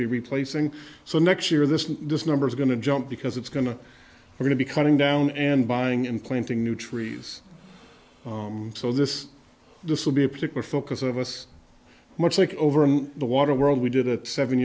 be replacing so next year this and this number is going to jump because it's going to we're going to be cutting down and buying and planting new trees so this this will be a particular focus of us much like over the water world we did a seven